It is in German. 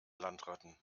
landratten